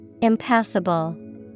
Impassable